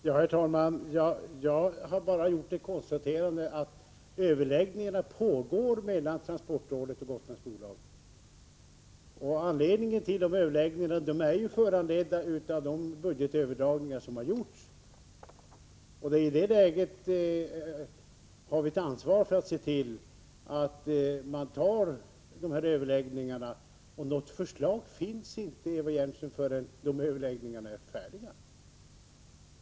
Herr talman! Jag har bara gjort det konstaterandet att överläggningar pågår mellan transportrådet och Gotlandsbolaget. De överläggningarna är föranledda av de budgetöverdragningar som har skett. I detta läge har vi ett ansvar för att se till att dessa överläggningar förs. Något förslag finns inte, Eva Hjelmström, förrän överläggningarna är avslutade.